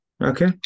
Okay